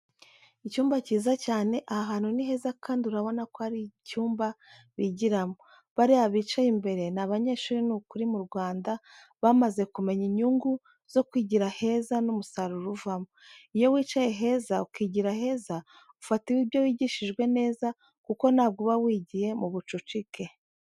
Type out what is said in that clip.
Icyumba cyiza cyane, aha hantu ni heza kandi urabona ko ari icyumba bigiramo. Bariya bicaye imbere ni abanyeshuri nukuri mu Rwanda bamaze kumenya inyungu zo kwigira heza n'umusaruro uvamo. Iyo wicaye heza ukigira heza ufata ibyo wigishijwe neza kuko ntabwo uba wigiye mu bucucike.